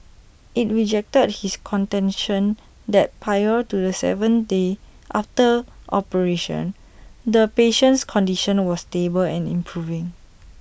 IT rejected his contention that prior to the seventh day after operation the patient's condition was stable and improving